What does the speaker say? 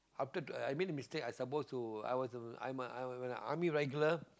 after I make a mistake I suppose to I was a I'm a when I when I army regular